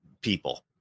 people